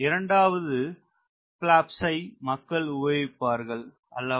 இரண்டாவது பிளாப்ஸ் ஐ மக்கள் உபயோகிப்பார்கள் அல்லவா